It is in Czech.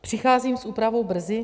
Přicházím s úpravou brzy?